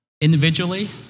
individually